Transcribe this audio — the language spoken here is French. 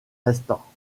restants